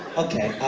okay,